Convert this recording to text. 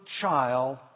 child